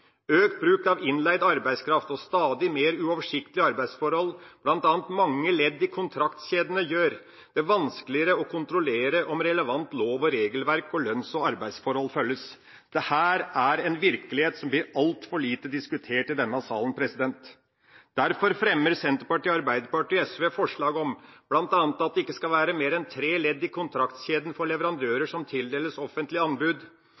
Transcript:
Økt bruk av innleid arbeidskraft og stadig mer uoversiktlige arbeidsforhold, bl.a. mange ledd i kontraktskjedene, gjør det vanskeligere å kontrollere om relevant lov- og regelverk og lønns- og arbeidsforhold følges. Dette er en virkelighet som blir altfor lite diskutert i denne salen. Derfor fremmer Senterpartiet, Arbeiderpartiet og Sosialistisk Venstreparti bl.a. forslag om at det ikke skal være mer enn tre ledd i kontraktskjeden for leverandører som tildeles offentlige anbud,